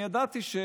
ואני ידעתי,